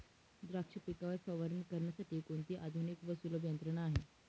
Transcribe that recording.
द्राक्ष पिकावर फवारणी करण्यासाठी कोणती आधुनिक व सुलभ यंत्रणा आहे?